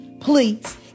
Please